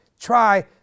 try